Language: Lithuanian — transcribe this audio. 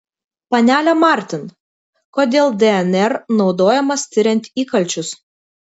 panele martin kodėl dnr naudojamas tiriant įkalčius